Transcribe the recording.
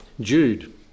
Jude